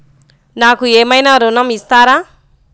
నాకు ఏమైనా ఋణం ఇస్తారా?